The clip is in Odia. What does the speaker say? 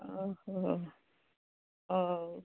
ଅହ ହଉ